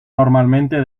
normalmente